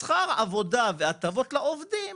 שכר עבודה והטבות לעובדים